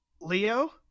Leo